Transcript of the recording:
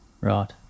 Right